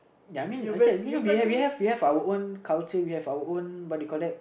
ya I mean ok we have we have our own culture we have our own what do you call that